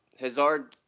Hazard